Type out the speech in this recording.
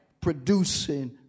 Producing